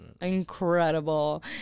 incredible